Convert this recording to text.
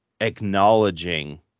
acknowledging